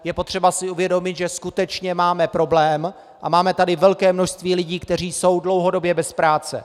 Je potřeba si uvědomit, že skutečně máme problém a máme tady velké množství lidí, kteří jsou dlouhodobě bez práce.